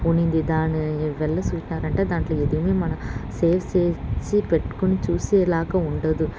ఉన్నింది దాని వెల చూసారంటే దాంట్లో ఏది మనకు సేవ్ చేసి పెట్టుకొని చూసేలాగా ఉండదు